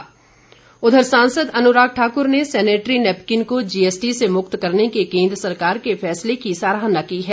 अनुराग ठाकुर उघर सांसद अनुराग ठाकुर ने सैनेटरी नैपकिन को जीएसटी से मुक्त करने के केन्द्र सरकार के फैसले की सराहना की है